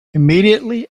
immediately